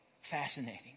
Fascinating